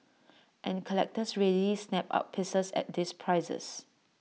and collectors readily snap up pieces at these prices